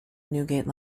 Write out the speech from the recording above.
newgate